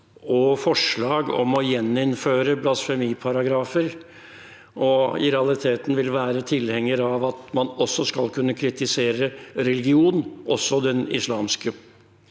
og forslag om å gjeninnføre blasfemiparagrafer, og om han i realiteten vil være tilhenger av at man skal kunne kritisere religion, også den islamske?